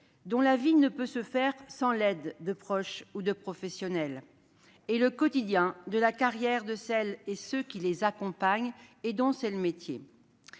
dont la vie ne peut se dérouler sans l'aide de proches ou de professionnels, ainsi que la carrière de celles et ceux qui les accompagnent, et dont c'est le métier.